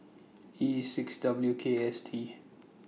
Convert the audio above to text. E six W K S T